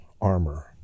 armor